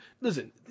Listen